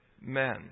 men